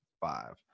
five